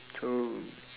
so